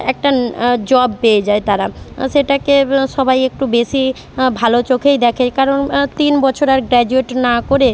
একটা ন্ জব পেয়ে যায় তারা সেটাকে সবাই একটু বেশি ভালো চোখেই দেখে কারণ তিন বছর আর গ্র্যাজুয়েট না করে